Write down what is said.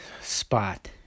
spot